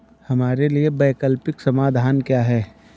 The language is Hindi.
हमारे लिए वैकल्पिक समाधान क्या है?